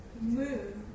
move